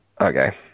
Okay